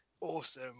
awesome